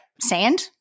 sand